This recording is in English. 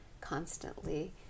constantly